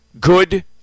good